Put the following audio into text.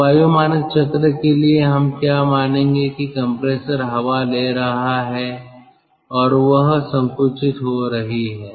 तो वायु मानक चक्र के लिए हम क्या मानेंगे कि कंप्रेसर हवा ले रहा है और वह संकुचित हो रही है